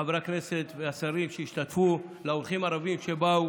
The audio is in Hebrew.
לחברי הכנסת ולשרים שהשתתפו ולאורחים הרבים שבאו.